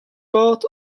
part